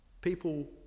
People